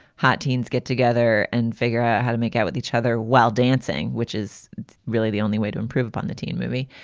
hot teens get together and figure out how to make out with each other while dancing, which is really the only way to improve upon the teen movie.